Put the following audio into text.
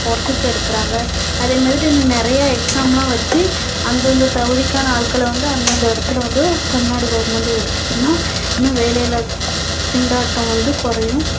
ஒர்க்குக்கு எடுக்கிறாங்க அதே மாதிரி இன்னும் நிறைய எக்ஸாமெலாம் வச்சு அந்த அந்த தகுதிக்கான ஆட்கள வந்து அந்த அந்த இடத்துல வந்து தமிழ்நாடு கவர்மெண்டு எடுத்துச்சின்னால் இன்னும் வேலையில்லா திண்டாட்டம் வந்து குறையும்